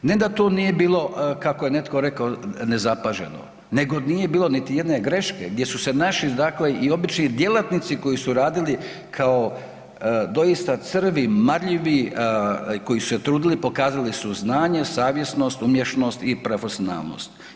Ne da to nije bilo kako je netko rekao nezapaženo, nego nije bilo niti jedne graške, gdje su se naši dakle i obični djelatnici koji su radili kao doista crvi marljivi, koji su se trudili pokazali su znanje, savjesnost, umješnost i profesionalnost.